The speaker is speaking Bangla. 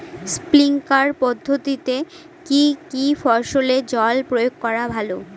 স্প্রিঙ্কলার পদ্ধতিতে কি কী ফসলে জল প্রয়োগ করা ভালো?